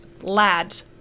Lad